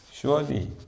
Surely